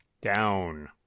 Down